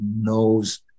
knows